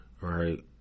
right